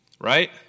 Right